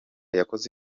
yakoze